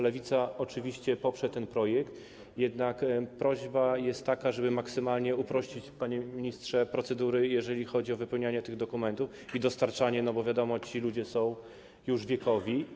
Lewica oczywiście poprze ten projekt, jednak prośba jest taka, żeby maksymalnie uprościć, panie ministrze, procedury, jeżeli chodzi o wypełnianie tych dokumentów i ich dostarczanie, bo wiadomo, ci ludzie są już wiekowi.